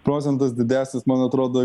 procentas didesnis man atrodo